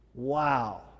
Wow